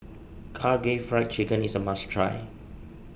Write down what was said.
Karaage Fried Chicken is a must try